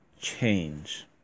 change